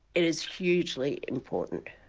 it is hugely important.